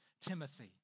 Timothy